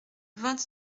vingt